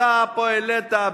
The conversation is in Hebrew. אתה פה העלית,